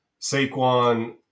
Saquon